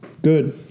Good